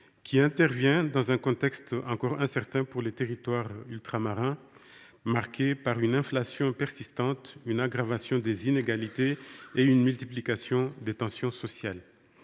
qui intervient dans un contexte encore incertain pour les territoires ultramarins, marqué par une inflation persistante, une aggravation des inégalités et une multiplication des tensions sociales.